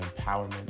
empowerment